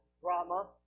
drama